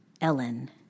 Ellen